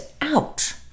out